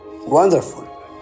Wonderful